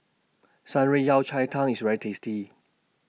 Shan Rui Yao Cai Tang IS very tasty